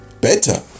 better